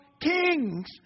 kings